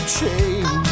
change